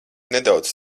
nedaudz